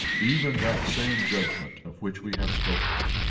even that same judgment of which we have spoken,